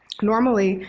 normally,